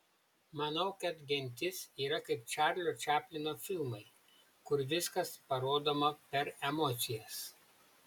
manau kad gentis yra kaip čarlio čaplino filmai kur viskas parodoma per emocijas